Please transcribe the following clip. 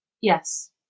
Yes